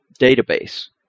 database